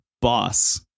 boss